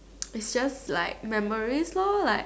it's just like memories lor like